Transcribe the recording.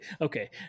Okay